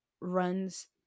runs